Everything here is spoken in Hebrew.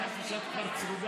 את כבר צרודה,